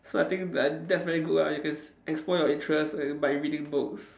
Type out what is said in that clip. so I think that that's very good ah if it's explore your interests like by reading books